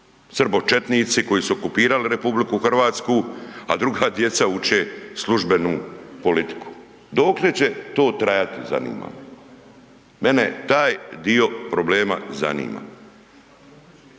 srbočetnici koji su okupirali RH, a druga djeca uče službenu politiku. Dokle će to trajati, zanima me. Mene taj dio problema zanima.